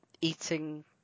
eating